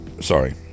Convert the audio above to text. Sorry